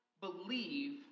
believe